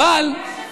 אורן, תגיד,